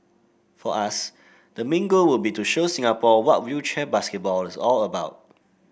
for us the main goal would be to show Singapore what wheelchair basketball is all about